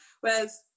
whereas